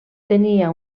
tenia